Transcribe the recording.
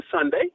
Sunday